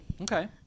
Okay